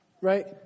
right